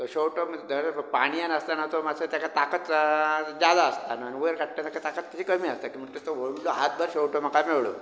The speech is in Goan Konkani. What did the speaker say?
तो शेंवटो पाणयान आसताना तो मातसो तेका ताकद जादा आसता ना आनी वयर काडटाना तेका ताकद तेची कमी आसता ते तो व्हडलो हातभर शेंवटो म्हाका मेळ्ळो